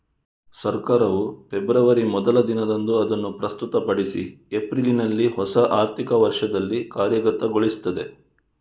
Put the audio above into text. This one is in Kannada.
ಸರ್ಕಾರವು ಫೆಬ್ರವರಿ ಮೊದಲ ದಿನದಂದು ಅದನ್ನು ಪ್ರಸ್ತುತಪಡಿಸಿ ಏಪ್ರಿಲಿನಲ್ಲಿ ಹೊಸ ಆರ್ಥಿಕ ವರ್ಷದಲ್ಲಿ ಕಾರ್ಯಗತಗೊಳಿಸ್ತದೆ